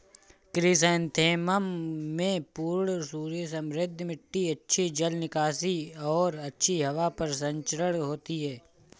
chrysanthemum में पूर्ण सूर्य समृद्ध मिट्टी अच्छी जल निकासी और अच्छी हवा परिसंचरण होती है